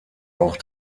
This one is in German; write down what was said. auch